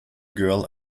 girl